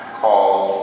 calls